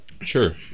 Sure